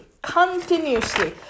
continuously